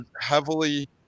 heavily